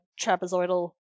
trapezoidal